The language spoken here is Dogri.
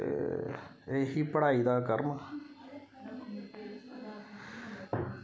ते एह् ही पढ़ाई दा करम